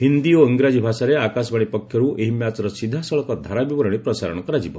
ହିନ୍ଦୀ ଓ ଇଂରାଜୀ ଭାଷାରେ ଆକାଶବାଣୀ ପକ୍ଷରୁ ଏହି ମ୍ୟାଚ୍ର ସିଧାସଳଖ ଧାରାବିବରଣୀ ପ୍ରସାରଣ କରାଯିବ